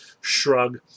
Shrug